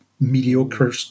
mediocre